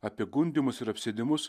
apie gundymus ir apsėdimus